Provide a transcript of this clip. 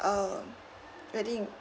um already